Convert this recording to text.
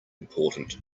important